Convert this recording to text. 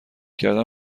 کردن